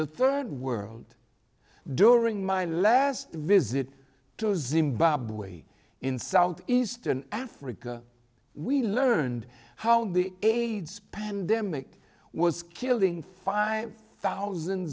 the third world during my last visit to zimbabwe in south eastern africa we learned how the aids pandemic was killing five thousand